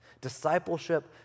Discipleship